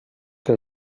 que